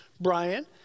Brian